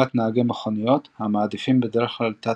לעומת נהגי מכוניות המעדיפים בדרך כלל תת-היגוי.